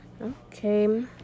okay